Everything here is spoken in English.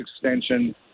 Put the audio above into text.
extension